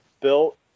built